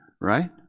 right